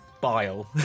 bile